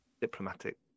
diplomatic